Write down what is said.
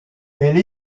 elle